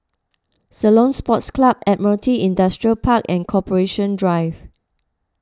Ceylon Sports Club Admiralty Industrial Park and Corporation Drive